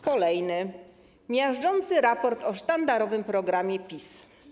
Kolejny miażdżący raport o sztandarowym programie PiS.